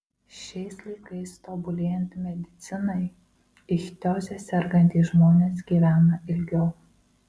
šiais laikais tobulėjant medicinai ichtioze sergantys žmonės gyvena ilgiau